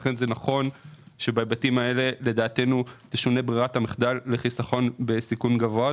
לכן לדעתנו נכון שבהיבטים האלה תשונה ברירת המחדל לחיסכון בסיכון גבוה.